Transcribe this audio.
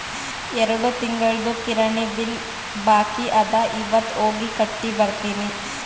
ಎರಡು ತಿಂಗುಳ್ದು ಕಿರಾಣಿ ಬಿಲ್ ಬಾಕಿ ಅದ ಇವತ್ ಹೋಗಿ ಕಟ್ಟಿ ಬರ್ತಿನಿ